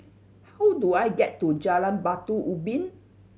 how do I get to Jalan Batu Ubin